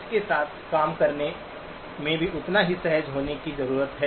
इसके साथ काम करने में भी उतना ही सहज होने की जरूरत है